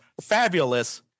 fabulous